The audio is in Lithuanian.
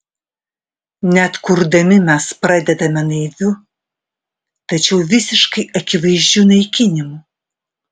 net kurdami mes pradedame naiviu tačiau visiškai akivaizdžiu naikinimu